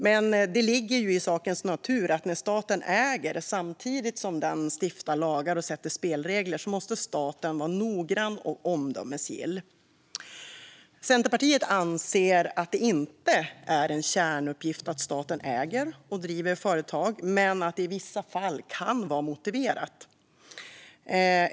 Men det ligger naturligtvis i sakens natur att när staten äger, samtidigt som den stiftar lagar och sätter spelregler, måste staten vara noggrann och omdömesgill. Centerpartiet anser att det inte är en kärnuppgift att staten äger och driver företag men att det i vissa fall kan vara motiverat.